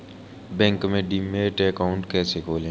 Bank में demat account कैसे खोलें?